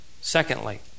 Secondly